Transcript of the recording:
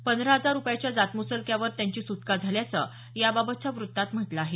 पंधरा हजार रुपयाच्या जात मुचलक्यावर त्यांची सुटका झाल्याचं याबाबतच्या वृत्तात म्हटलं आहे